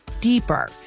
deeper